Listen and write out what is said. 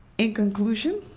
in conclusion,